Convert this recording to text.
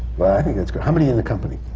well, i think that's great. how many in the company?